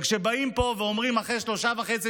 וכשבאים לפה ואומרים אחרי שלושה וחצי